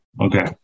Okay